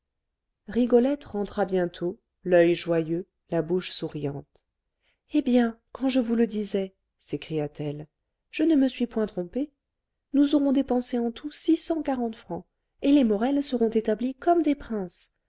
rigolette rentra bientôt l'oeil joyeux la bouche souriante eh bien quand je vous le disais s'écria-t-elle je ne me suis point trompée nous aurons dépensé en tout six cent quarante francs et les morel seront établis comme des princes